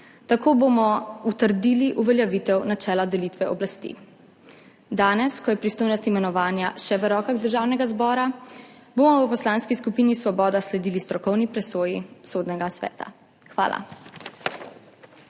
Tako bomo utrdili uveljavitev načela delitve oblasti. Danes, ko je pristojnost imenovanja še v rokah Državnega zbora, bomo v Poslanski skupini Svoboda sledili strokovni presoji Sodnega sveta. Hvala.